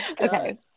okay